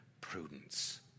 prudence